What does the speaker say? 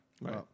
Right